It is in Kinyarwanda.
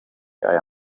aya